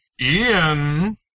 Ian